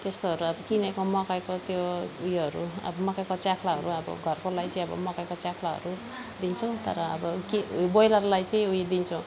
त्यस्तोहरू अब किनेको मकैको त्यो ऊ योहरू अब मकैको च्याख्लाहरू अब घरकोलाई चाहिँ अब मकैको च्याख्लाहरू दिन्छौँ तर अब के बोइलरलाई चाहिँ ऊ यो दिन्छौँ